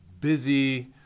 busy